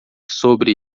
sobre